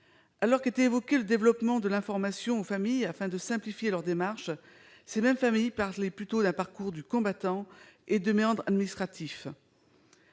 alors qu'avait été annoncé « le développement de l'information aux familles afin de simplifier leurs démarches », ces mêmes familles parlaient plutôt d'un parcours du combattant et de méandres administratifs.